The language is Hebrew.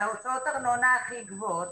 על הוצאות הארנונה הכי גבוהות,